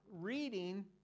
reading